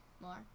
more